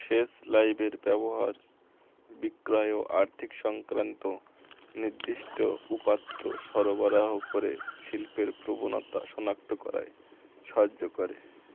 শেষ লাইভের ব্যবহার বিক্রয় আর্থিক সংক্রান্ত নির্দিষ্ট উপাত্ত সরবরাহ করে শিল্পের প্রবণতা শনাক্ত করায় সাহায্য করে